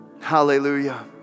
Hallelujah